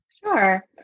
Sure